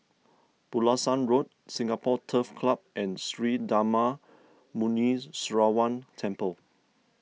Pulasan Road Singapore Turf Club and Sri Darma Muneeswaran Temple